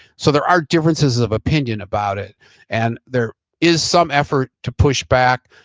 so there are differences of opinion about it and there is some effort to push back.